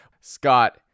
scott